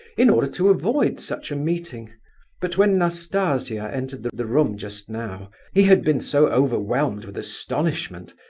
in order to avoid such a meeting but when nastasia entered the the room just now, he had been so overwhelmed with astonishment,